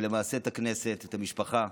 ולמעשה את הכנסת, ואת המשפחה.